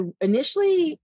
initially